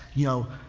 you know,